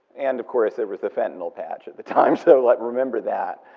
and of course, there was the fentanyl patch at the time, so like remember that.